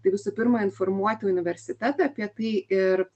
tai visų pirma informuoti universitetą apie tai ir